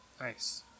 Nice